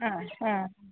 അ അ